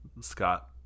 scott